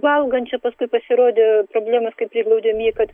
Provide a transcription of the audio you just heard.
valgančio paskui pasirodė problemos kai priglaudėm jį kad